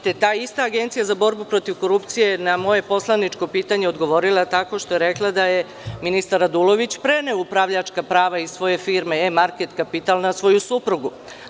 Ta ista Agencija za borbu protiv korupcije je na moje poslaničko pitanje odgovorila tako što je rekla da je ministar Radulović preneo upravljačka prava iz svoje firme „Market kapital“ na svoju suprugu.